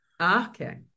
Okay